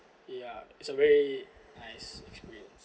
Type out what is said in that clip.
ya it's a very nice experience